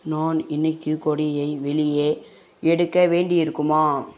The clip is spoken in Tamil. நான் இன்னிக்கு கொடியை வெளியே எடுக்க வேண்டியிருக்குமா